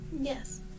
Yes